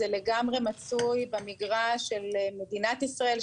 זה לגמרי מצוי במגרש של מדינת ישראל,